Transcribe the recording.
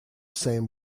same